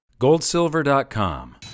goldsilver.com